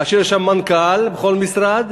ויש שם מנכ"ל בכל משרד,